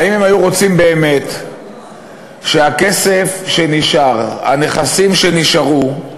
האם היו רוצים באמת שהכסף שנשאר, הנכסים שנשארו,